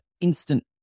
instant